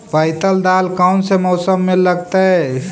बैतल दाल कौन से मौसम में लगतैई?